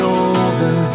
over